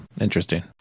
interesting